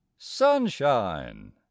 Sunshine